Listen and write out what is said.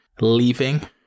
leaving